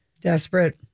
Desperate